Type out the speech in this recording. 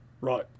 Right